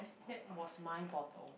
that was my bottle